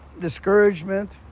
discouragement